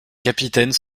capitaines